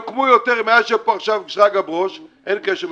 אם היה יושב פה עכשיו שרגא ברוש אין קשר משפחתי,